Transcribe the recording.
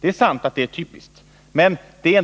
Det är sant att det är typiskt, men det är